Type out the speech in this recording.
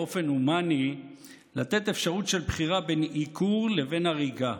באופן הומני לתת אפשרות של בחירה בין עיקור לבין הריגה,